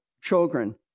children